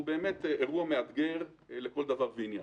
הוא באמת אירוע מאתגר לכל דבר ועניין.